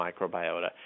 microbiota